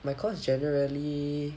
my course generally